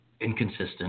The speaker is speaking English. inconsistent